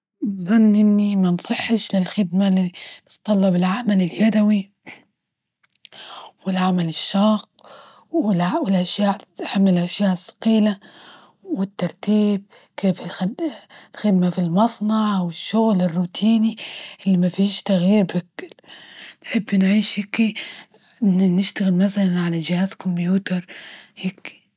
بظن إني مصلحش للخدمة بتتطلب العمل اليدوي، والعمل الشاق والأشياء-الأشياء الثقيلة، والترتيب كيف يخلي خدمة في المصنع، والشغل الروتيني اللي ما فيش تغيير ،تحب نعيش هكي، نشتغل مثلا على جهاز كمبيوتر هيكي.